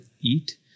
eat